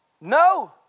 No